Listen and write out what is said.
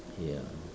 ya